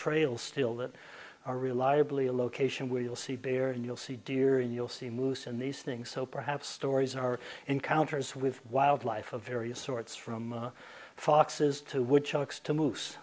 trails still that are reliably a location where you'll see bear and you'll see deer and you'll see moose and these things so perhaps stories are encounters with wildlife of various sorts from foxes to wo